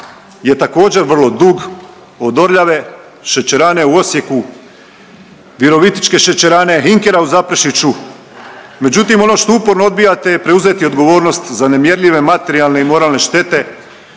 je također vrlo dug od Orljave, šećerane u Osijeku, Virovitičke šećerane, INKER-a u Zaprešiću. Međutim, ono što uporno odbijate je preuzeti odgovornost za nemjerljive materijalne i moralne štete